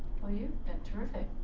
well, you've been terrific.